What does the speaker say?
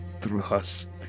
trust